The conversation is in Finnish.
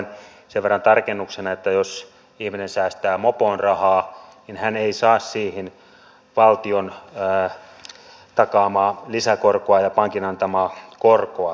sen verran tarkennuksena että jos ihminen säästää mopoon rahaa niin hän ei saa siihen valtion takaamaa lisäkorkoa ja pankin antamaa korkoa